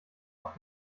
auf